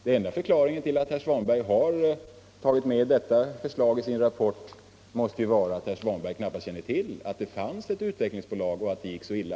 Den enda förklaringen till att herr Svanberg haft detta förslag med i sin rapport måste vara att herr Svanberg knappast kände till att det fanns ett statligt utvecklingsbolag och att det gick så illa.